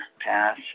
pass